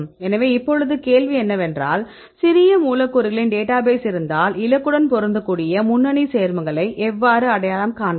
எனவே இப்போது கேள்வி என்னவென்றால் சிறிய மூலக்கூறுகளின் டேட்டாபேஸ் இருந்தால் இலக்குடன் பொருந்தக்கூடிய முன்னணி சேர்மங்களை எவ்வாறு அடையாளம் காண்பது